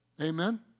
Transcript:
Amen